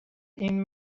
این